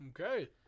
Okay